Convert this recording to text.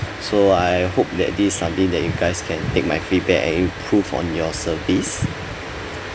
so I hope that this is something that you guys can take my feedback and improve on your service